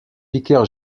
vicaire